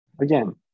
again